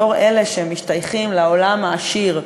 בתור אלה שמשתייכים לעולם העשיר,